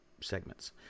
segments